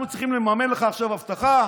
אנחנו צריכים לממן לך עכשיו אבטחה?